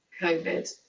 Covid